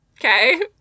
okay